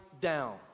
down